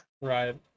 Right